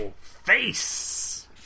face